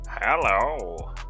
Hello